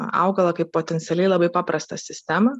augalą kaip potencialiai labai paprastą sistemą